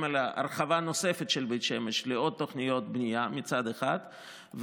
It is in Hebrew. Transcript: על הרחבה נוספת של בית שמש ועוד תוכניות בנייה מצד אחד,